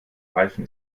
reifen